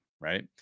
right